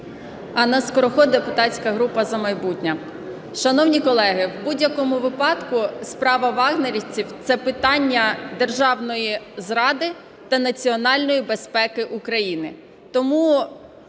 Анна Скороход, депутатська група "За майбутнє". Шановні колеги, в будь-якому випадку справа "вагнерівців" – це питання державної зради та національної безпеки України.